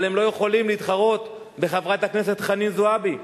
אבל הם לא יכולים להתחרות בחברת הכנסת חנין זועבי,